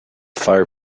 fire